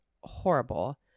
horrible